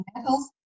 metals